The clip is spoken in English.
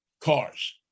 cars